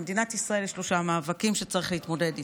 למדינת ישראל יש שלושה מאבקים שצריך להתמודד איתם: